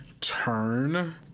turn